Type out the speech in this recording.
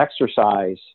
exercise